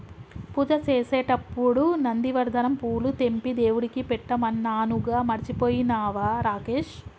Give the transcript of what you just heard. పూజ చేసేటప్పుడు నందివర్ధనం పూలు తెంపి దేవుడికి పెట్టమన్నానుగా మర్చిపోయినవా రాకేష్